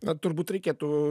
na turbūt reikėtų